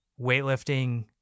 weightlifting